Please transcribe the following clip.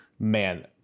Man